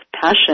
passion